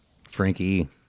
Frankie